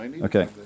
Okay